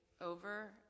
over